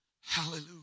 hallelujah